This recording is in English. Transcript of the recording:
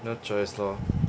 no choice lor